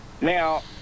Now